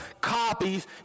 copies